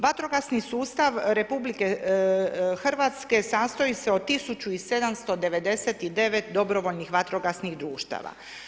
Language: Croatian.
Vatrogasni sustav RH sastoji se od 1799 dobrovoljnih vatrogasnih društava.